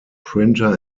printer